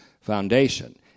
foundation